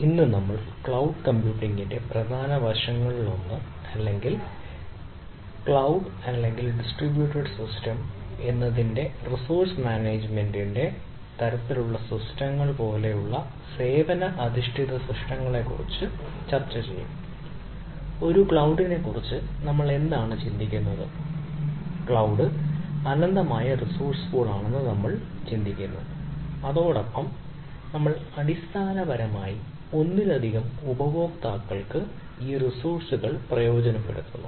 ഇന്ന് നമ്മൾ ഒരു ക്ലൌഡ് കമ്പ്യൂട്ടിംഗിന്റെ പ്രധാന വശങ്ങളിലൊന്ന് അല്ലെങ്കിൽ ക്ലൌഡ് അല്ലെങ്കിൽ ഡിസ്ട്രിബ്യൂട്ട് സിസ്റ്റം അല്ലെങ്കിൽ റിസോഴ്സ് മാനേജ്മെന്റിന്റെ നമ്മൾ ചിന്തിക്കുന്നു അതോടൊപ്പം നമ്മൾ അടിസ്ഥാനപരമായി ഒന്നിലധികം ഉപയോക്താക്കൾക്ക് ഈ റിസോഴ്സുകൾ പ്രയോജനപ്പെടുത്തുന്നു